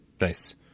Nice